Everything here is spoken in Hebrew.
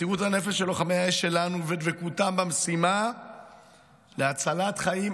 מסירות הנפש של לוחמי האש שלנו ודבקותם במשימה להצלת חיים